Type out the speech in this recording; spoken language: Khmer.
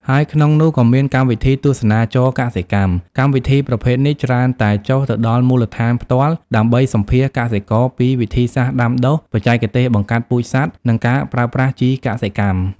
ហើយក្នុងនោះក៏មានកម្មវិធីទស្សនាចរណ៍កសិកម្ម កម្មវិធីប្រភេទនេះច្រើនតែចុះទៅដល់មូលដ្ឋានផ្ទាល់ ដើម្បីសម្ភាសន៍កសិករពីវិធីសាស្ត្រដាំដុះ បច្ចេកទេសបង្កាត់ពូជសត្វ និងការប្រើប្រាស់ជីកសិកម្ម។